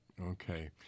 Okay